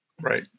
Right